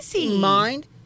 mind